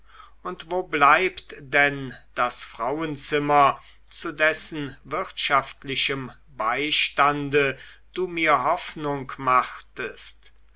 und wo bleibt denn das frauenzimmer zu dessen wirtschaftlichem beistande du mir hoffnung machtest